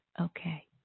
okay